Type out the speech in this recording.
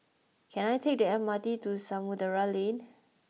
can I take the M R T to Samudera Lane